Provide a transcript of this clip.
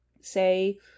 say